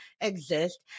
exist